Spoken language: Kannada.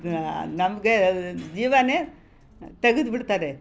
ನಮಗೆ ಜೀವಾನೆ ತೆಗೆದ್ಬಿಡ್ತಾರೆ